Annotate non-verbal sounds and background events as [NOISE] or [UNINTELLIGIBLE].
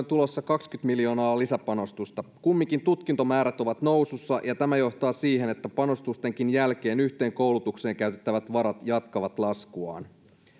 [UNINTELLIGIBLE] tulossa kaksikymmentä miljoonaa lisäpanostusta kumminkin tutkintomäärät ovat nousussa ja tämä johtaa siihen että panostustenkin jälkeen yhteen koulutukseen käytettävät varat jatkavat laskuaan